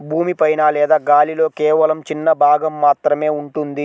భూమి పైన లేదా గాలిలో కేవలం చిన్న భాగం మాత్రమే ఉంటుంది